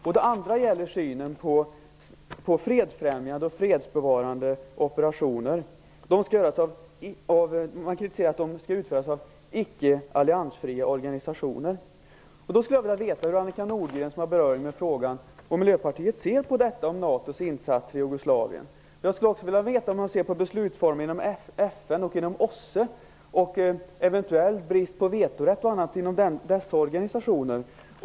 Min andra fråga gäller synen på fredsfrämjande och fredsbevarande operationer. Ni vill att de skall utföras av icke-alliansfria organisationer. Hur ser Miljöpartiet på NATO:s insatser i Jugoslavien? Jag skulle också vilja veta hur hon ser på beslutsformen inom FN och inom OSSE och bristen på vetorätt inom dessa organisationer.